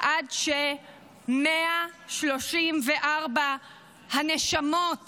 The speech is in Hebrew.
עד שיחזרו 134 הנשמות